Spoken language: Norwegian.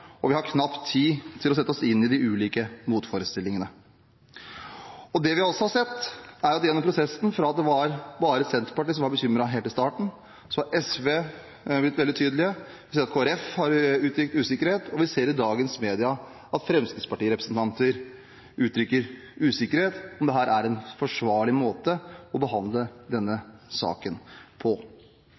og vi har knapt tid til å sette oss inn i de ulike motforestillingene. Det vi også har sett, er at gjennom prosessen fra det var bare Senterpartiet som var bekymret helt i starten, har SV blitt veldig tydelige, Kristelig Folkeparti har uttrykt usikkerhet, og vi ser i dagens media at Fremskrittsparti-representanter uttrykker usikkerhet om dette er en forsvarlig måte å behandle denne saken på.